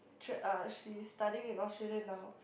tr~ uh she is studying in Australia now